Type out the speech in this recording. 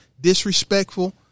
Disrespectful